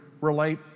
relate